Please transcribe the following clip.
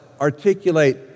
articulate